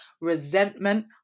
resentment